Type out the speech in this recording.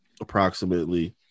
approximately